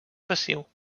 passiu